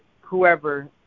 whoever